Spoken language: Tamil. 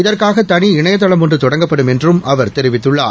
இதற்காக தனி இணையதளம் ஒன்று தொடங்கப்படும் என்று அவர் தெரிவித்துள்ளார்